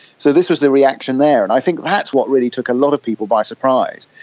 so this was the reaction there, and i think that's what really took a lot of people by surprise,